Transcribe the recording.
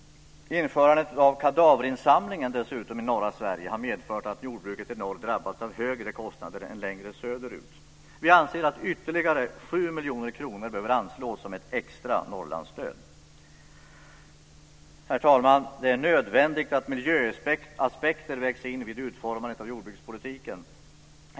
Införandet av kadaverinsamlingen i norra Sverige har dessutom medför att jordbruket i norr har drabbats av högre kostnader än jordbruket längre söderut. Vi anser att ytterligare 7 miljoner kronor behöver anslås som ett extra Norrlandsstöd. Herr talman! Det är nödvändigt att miljöaspekter vägs in vid utformandet av jordbrukspolitiken.